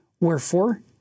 wherefore